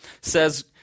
says